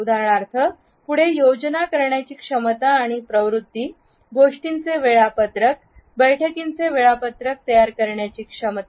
उदाहरणार्थ पुढे योजना करण्याची क्षमता आणि प्रवृत्ती गोष्टींचे वेळापत्रक बैठकींचे वेळापत्रक तयार करण्याची क्षमता